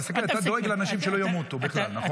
אתה דואג לאנשים שלא ימותו בכלל, נכון?